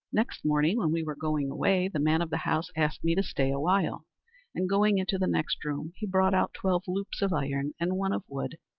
next morning, when we were going away, the man of the house asked me to stay a while and going into the next room, he brought out twelve loops of iron and one of wood,